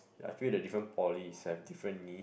I feel the different polys have different need